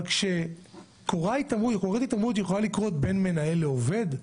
אבל כשקורית התעמרות היא יכולה לקרות בין מנהל לעובד,